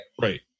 Right